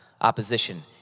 Opposition